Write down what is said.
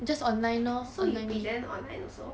so you present online also